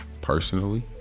personally